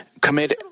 commit